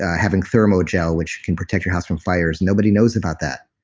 having thermo-gel which can protect your house from fires. nobody knows about that.